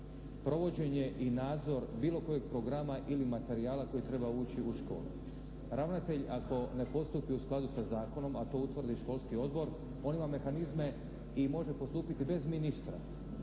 provođenje i nadzor bilo kojeg programa ili materijala koji treba ući u školu. Ravnatelj ako ne postupi u skladu sa zakonom, a to utvrdi školski odbor, on ima mehanizme i može postupiti bez ministra